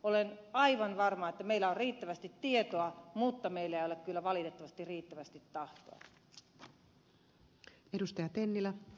olen aivan varma että meillä on riittävästi tietoa mutta meillä ei ole kyllä valitettavasti riittävästi tahtoa